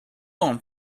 fan